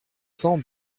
cents